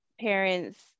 parents